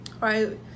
right